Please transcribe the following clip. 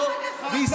בוא